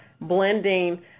blending